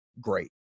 great